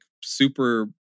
super